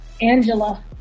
Angela